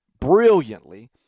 brilliantly